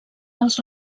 els